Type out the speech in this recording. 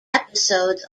episodes